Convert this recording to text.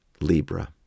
Libra